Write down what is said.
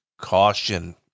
caution